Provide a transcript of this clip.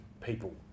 people